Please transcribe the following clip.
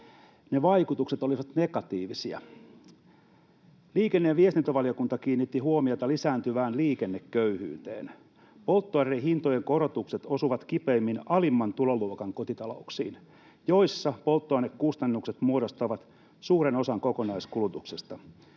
Ne vaikutukset olisivat negatiivisia. Liikenne- ja viestintävaliokunta kiinnitti huomiota lisääntyvään liikenneköyhyyteen. Polttoaineiden hintojen korotukset osuvat kipeimmin alimman tuloluokan kotitalouksiin, joissa polttoainekustannukset muodostavat suuren osan kokonaiskulutuksesta.